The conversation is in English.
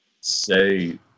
say